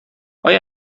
آیا